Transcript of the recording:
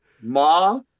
Ma